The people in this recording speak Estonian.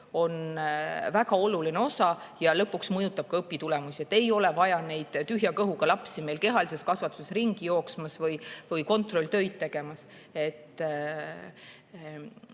väga oluline ja lõpuks mõjutab ka õpitulemusi. Ei ole vaja näha tühja kõhuga lapsi kehalises kasvatuses ringi jooksma või kontrolltöid tegemas.